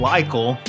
Michael